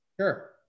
Sure